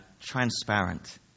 transparent